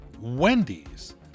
Wendy's